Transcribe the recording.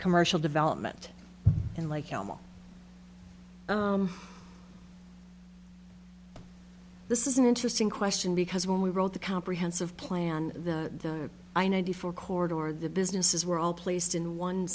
commercial development in like animals this is an interesting question because when we wrote the comprehensive plan the i ninety four corridor or the businesses were all placed in one